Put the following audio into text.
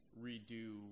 redo